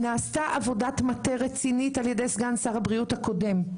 נעשתה עבודת מטה רצינית על ידי סגן שר הבריאות הקודם,